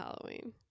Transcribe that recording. halloween